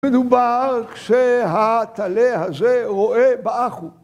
‫מדובר כשהטלה הזה רואה באחו.